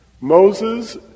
Moses